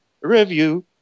Review